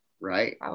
Right